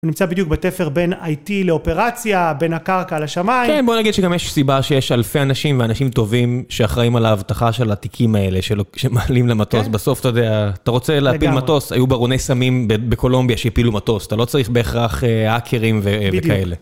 הוא נמצא בדיוק בתפר בין איי-טי לאופרציה, בין הקרקע לשמיים. - כן, בוא נגיד שגם יש סיבה שיש אלפי אנשים, ואנשים טובים, שאחראים על האבטחה של התיקים האלה, שמעלים למטוס. בסוף, אתה יודע, אתה רוצה להפיל מטוס. היו ברוני סמים בקולומביה שהפילו מטוס, אתה לא צריך בהכרח האקרים וכאלה.